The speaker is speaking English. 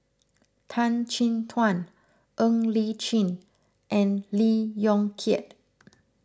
Tan Chin Tuan Ng Li Chin and Lee Yong Kiat